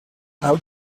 how